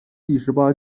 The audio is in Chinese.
第十八